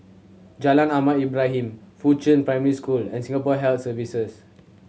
Jalan Ahmad Ibrahim Fuchun Primary School and Singapore Health Services